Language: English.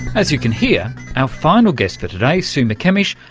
as you can hear, our final guest for today, sue mckemmish,